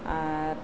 ᱟᱨ